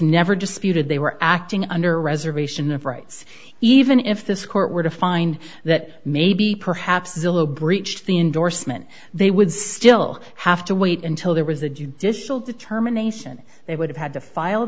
never disputed they were acting under reservation of rights even if this court were to find that maybe perhaps a little breach the indorsement they would still have to wait until there was a judicial determination they would have had to file